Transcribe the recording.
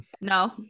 No